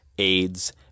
AIDS